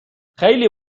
خیلی